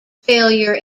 failure